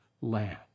land